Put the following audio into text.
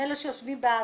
עם אלה שיושבים בעזה.